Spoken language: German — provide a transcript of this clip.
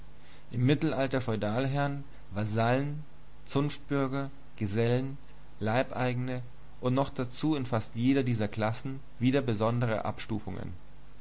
im mittelalter feudalherren vasallen zunftbürger gesellen leibeigene und noch dazu in fast jeder dieser klassen besondere abstufungen